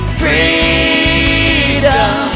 freedom